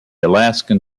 alaskan